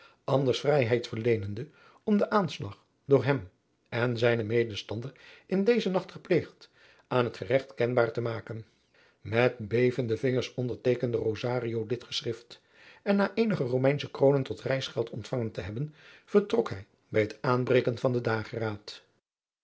anders vrijheid verleenende om den aanslag door hem en zijnen medestander in dezen nacht gepleegd aan het geregt kenbaar te maken met bevende vingers onderteekende rosario dit geschrift en na eenige romeinsche kroonen tot reisgeld ontvangen te hebben vertrok hij bij het aanbreken van den dageraad